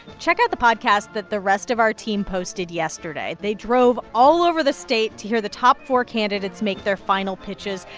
check out the podcast that the rest of our team posted yesterday. they drove all over the state to hear the top four candidates make their final pitches.